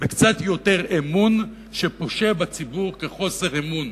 בקצת יותר אמון שפושה בציבור כחוסר אמון.